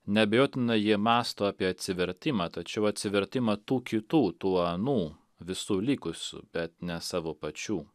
neabejotina jie mąsto apie atsivertimą tačiau atsivertimą tų kitų tų anų visų likusių bet ne savo pačių